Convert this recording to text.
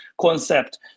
concept